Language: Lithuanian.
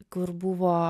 kur buvo